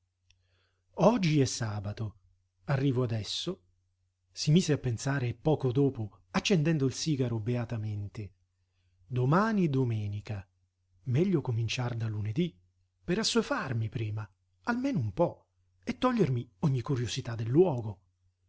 oggi è sabato arrivo adesso si mise a pensare poco dopo accendendo il sigaro beatamente domani domenica meglio cominciar da lunedí per assuefarmi prima almeno un po e togliermi ogni curiosità